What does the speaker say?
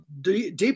deep